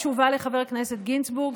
תשובה לחבר הכנסת גינזבורג,